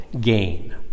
gain